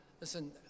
listen